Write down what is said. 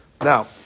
Now